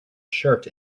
shirt